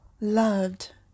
loved